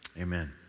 Amen